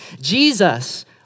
Jesus